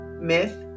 myth